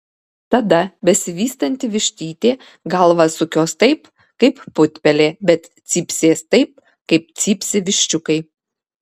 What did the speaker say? tada besivystanti vištytė galvą sukios taip kaip putpelė bet cypsės taip kaip cypsi viščiukai